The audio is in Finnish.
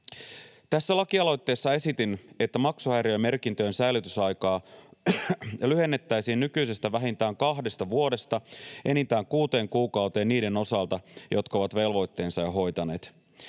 Tässä lakialoitteessa esitin, että maksuhäiriömerkintöjen säilytysaikaa lyhennettäisiin nykyisestä vähintään kahdesta vuodesta enintään kuuteen kuukauteen niiden osalta, jotka ovat velvoitteensa jo hoitaneet.